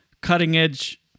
Cutting-edge